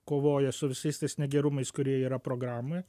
kovoja su visais tais negerumais kurie yra programoje